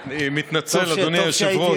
אני מתנצל, אדוני היושב-ראש.